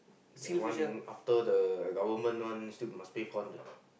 the one after the government one still must pay four hundred